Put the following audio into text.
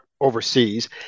overseas